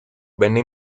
venne